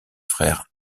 frère